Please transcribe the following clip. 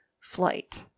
flight